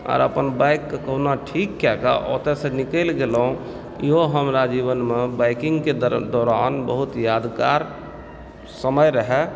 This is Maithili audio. आओर अपन बाइकके कोहुना ठीक कएके ओतयसँ निकलि गेलहुँ इहो हमरा जीवनमे बाइकिंगके दौर दौरान बहुत यादगार समय रहय